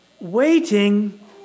Waiting